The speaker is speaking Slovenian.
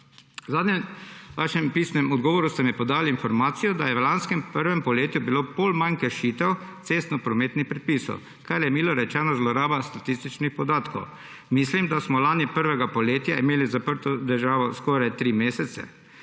zadnjem pisnem odgovoru ste mi podali informacijo, da je bilo v lanskem prvem polletju za polovico manj kršitev cestnoprometnih predpisov, kar je milo rečeno zloraba statističnih podatkov. Mislim, da smo lani prvega polletja imeli zaprto državo skoraj tri mesece,